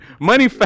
money